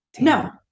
No